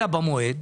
אלא במועד.